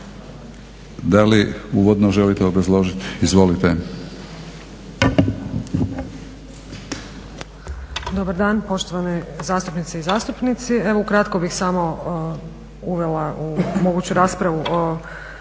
Da li uvodno želite obrazložiti? Izvolite.